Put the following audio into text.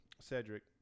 Cedric